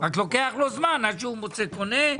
אבל לוקח לו זמן עד שהוא מוצא קונה,